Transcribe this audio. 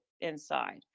inside